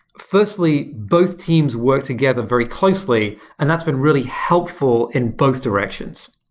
firstly, both teams work together very closely, and that's been really helpful in both directions.